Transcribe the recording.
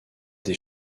des